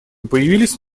появились